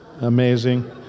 amazing